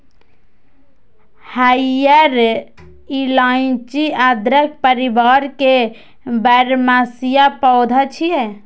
हरियर इलाइची अदरक परिवार के बरमसिया पौधा छियै